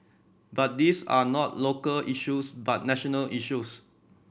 but these are not local issues but national issues